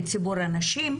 את ציבור הנשים,